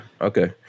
okay